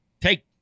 Take